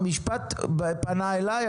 המשפט פנה אליי,